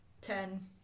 Ten